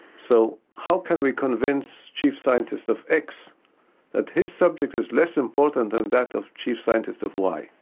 so how can we convince chief scientists of x that his subject is less important than that of chief scientist of y?